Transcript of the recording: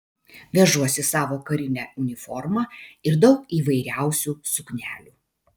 vežuosi savo karinę uniformą ir daug įvairiausių suknelių